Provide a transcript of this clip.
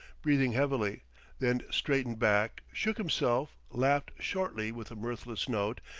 breathing heavily then straightened back, shook himself, laughed shortly with a mirthless note,